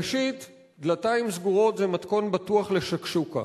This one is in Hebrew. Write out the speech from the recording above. ראשית, דלתיים סגורות זה מתכון בטוח ל"שקשוקה",